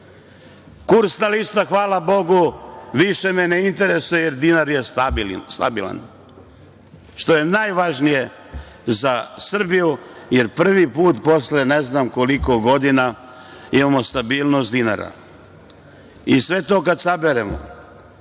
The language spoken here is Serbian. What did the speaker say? Kursna lista, hvala Bogu, više me ne interesuje jer dinar je stabilan što je najvažnije za Srbiju, jer prvi put, ne znam, posle koliko godina imamo stabilnost dinara.I sve to kada saberemo